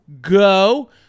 Go